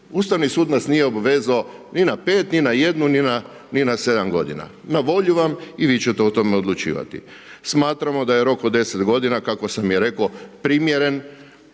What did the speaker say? Ustavni sud nas nije obvezao ni na 5, ni na jednu, ni na 7 godina. Na volju vam i vi ćete o tome odlučivati. Smatramo da je rok od 10 godina, kako sam i rekao, primjeren